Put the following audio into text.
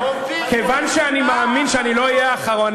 כיוון שאני מאמין שאני לא אהיה האחרון,